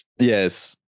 Yes